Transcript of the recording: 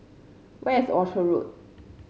where is Orchard Road